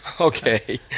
Okay